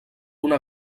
una